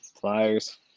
pliers